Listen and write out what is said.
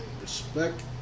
Respect